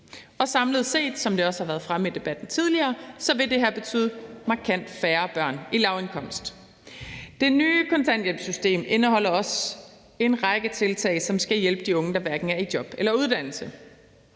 her betyde, som det også har været fremme i debatten tidligere, markant færre børn i lavindkomst. Det nye kontanthjælpssystem indeholder også en række tiltag, som skal hjælpe de unge, der hverken er i job eller i uddannelse.